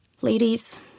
Ladies